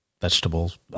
vegetables